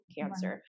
cancer